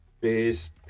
base